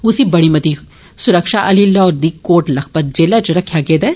उसी बड़ी मती सुरक्षा आहली लौहोर दी कोट लक्खपत जेलै च रक्खेआ गेदा ऐ